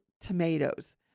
tomatoes